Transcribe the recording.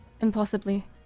impossibly